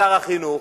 שר החינוך,